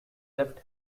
left